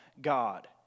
God